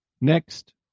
Next